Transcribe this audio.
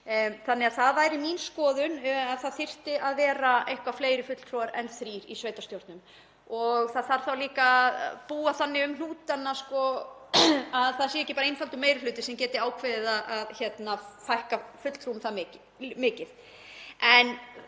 Það væri mín skoðun að það þyrftu að vera eitthvað fleiri fulltrúar en þrír í sveitarstjórnum. Það þarf líka að búa þannig um hnútana að það sé ekki bara einfaldur meiri hluti sem geti ákveðið að fækka fulltrúum það mikið. En